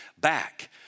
back